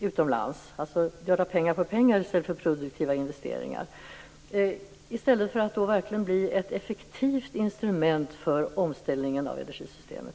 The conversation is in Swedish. utomlands. Det handlar alltså om att göra pengar av pengar i stället för att göra produktiva investeringar; detta i stället för att verkligen bli ett effektivt instrument för omställningen av energisystemet.